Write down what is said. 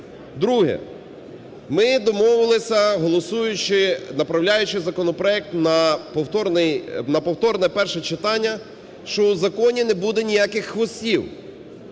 Друге. Ми домовилися голосуючи, направляючи законопроект на повторне перше читання, що у законі не буде ніяких "хвостів".